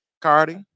Cardi